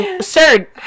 sir